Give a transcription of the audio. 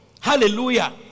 Hallelujah